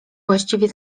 właściwie